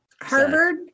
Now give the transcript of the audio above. Harvard